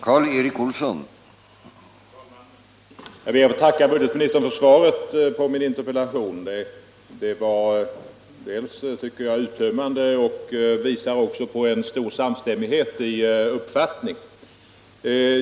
Herr talman! Jag ber att få tacka budgetministern för svaret på min interpellation. Jag finner svaret uttömmande, och det visar också på en stor samstämmighet i uppfattning.